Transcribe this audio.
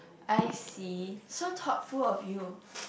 I see so thoughtful of you